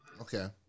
Okay